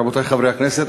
רבותי חברי הכנסת,